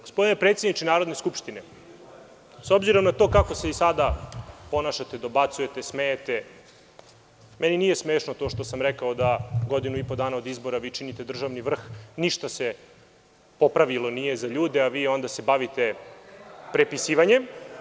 Gospodine predsedniče Narodne skupštine, s obzirom na to kako se ponašate sada, smejete i dobacujete, meni nije smešno to što sam rekao da godinu i po dana od izbora vi činite državni vrh i ništa se popravilo nije za ljude, a vi se bavite prepisivanjem.